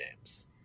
games